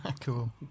Cool